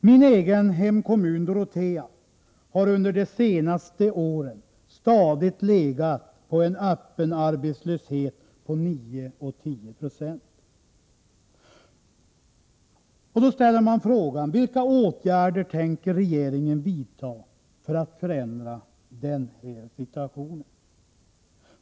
Min egen hemkommun Dorotea har under de senaste åren stadigt legat på en öppen arbetslöshet på 9-10 26. Då ställer man frågan: Vilka åtgärder tänker regeringen vidta för att förändra den situationen?